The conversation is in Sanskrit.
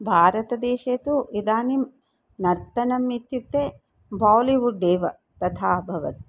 भारतदेशे तु इदानीं नर्तनम् इत्युक्ते बालिवुड् एव तथा अभवत्